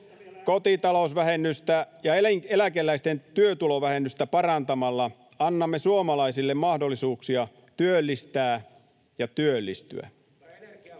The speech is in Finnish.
Kotitalousvähennystä ja eläkeläisten työtulovähennystä parantamalla annamme suomalaisille mahdollisuuksia työllistää ja työllistyä.